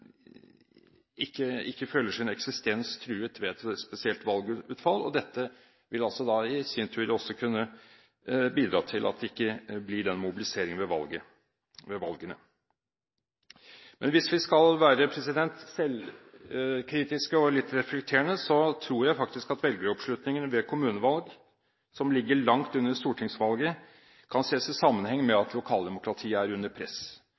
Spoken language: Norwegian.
ikke føler sin eksistens truet ved et spesielt valgutfall. Dette vil i sin tur også kunne bidra til at det ikke blir den mobiliseringen ved valgene. Men hvis vi skal være selvkritiske og litt reflekterende, tror jeg at velgeroppslutningen ved kommunevalg, som ligger langt under oppslutningen ved stortingsvalg, kan ses i sammenheng med at lokaldemokratiet er under press,